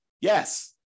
Yes